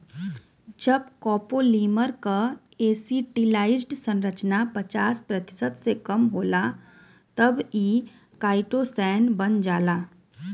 जब कॉपोलीमर क एसिटिलाइज्ड संरचना पचास प्रतिशत से कम होला तब इ काइटोसैन बन जाला